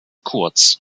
kurz